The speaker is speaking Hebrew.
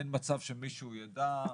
אין מצב שמישהו יידע,